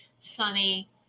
sunny